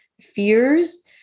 fears